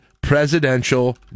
presidential